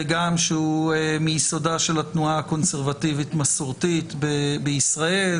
וגם שהוא מיסודה של התנועה הקונסרבטיבית מסורתית בישראל.